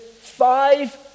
five